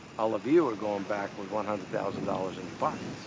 all of you are going back with one hundred thousand dollars in but